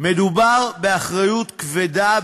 מדובר באחריות כבדה,